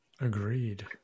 Agreed